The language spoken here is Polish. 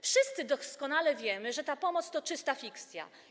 Wszyscy doskonale wiemy, że ta pomoc to czysta fikcja.